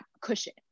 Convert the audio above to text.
cushion